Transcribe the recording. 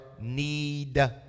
need